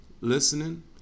listening